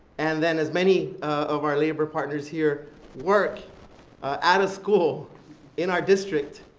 and then as many of our labor partners here work at a school in our district,